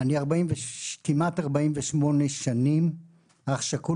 אז אני כמעט 48 שנים אח שכול,